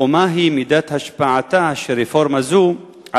ומהי מידת השפעתה של רפורמה זו על